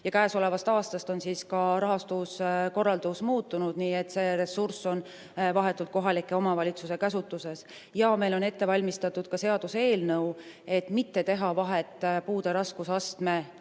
Käesolevast aastast on ka rahastuskorraldus muutunud, nii et see ressurss on vahetult kohalike omavalitsuste käsutuses. Meil on ette valmistatud seaduseelnõu, et mitte teha vahet puude raskusastme